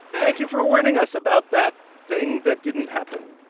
thank you for warning us about that thing that didn't happen.